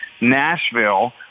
Nashville